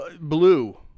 Blue